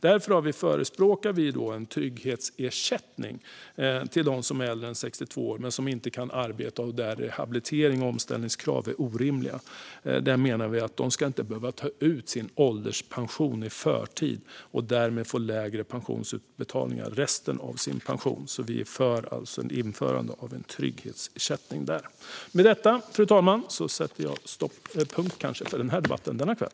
Därför förespråkar vi en trygghetsersättning till dem som är äldre än 62 år men som inte kan arbeta och där habilitering och omställningskrav är orimliga. Där menar vi att de inte ska behöva ta ut sin ålderspension i förtid och därmed få lägre pensionsutbetalningar resten av sin pension. Vi är för ett införande av en trygghetsersättning där. Fru talman! Med detta sätter jag punkt för debatten denna kväll.